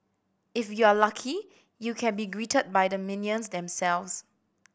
if you're lucky you can be greeted by the minions themselves